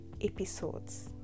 episodes